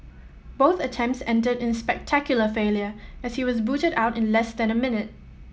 both attempts ended in spectacular failure as he was booted out in less than a minute